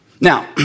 Now